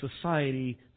society